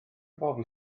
bobl